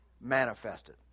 manifested